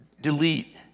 delete